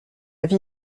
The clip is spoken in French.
vie